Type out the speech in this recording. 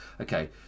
okay